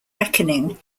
reckoning